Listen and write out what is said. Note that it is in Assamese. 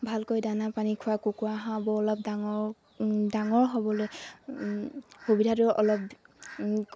ভালকৈ দানা পানী খোৱা কুকুৰা হাঁহবোৰ অলপ ডাঙৰ ডাঙৰ হ'বলৈ সুবিধাটো অলপ